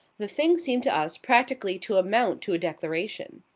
the thing seemed to us practically to amount to a declaration.